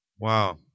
Wow